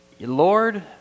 Lord